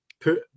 Put